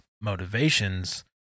motivations